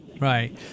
Right